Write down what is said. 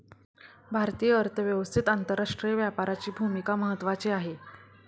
भारतीय अर्थव्यवस्थेत आंतरराष्ट्रीय व्यापाराची भूमिका महत्त्वाची आहे